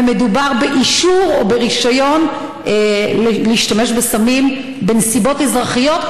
ומדובר באישור או ברישיון להשתמש בסמים בנסיבות אזרחיות,